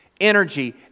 energy